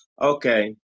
Okay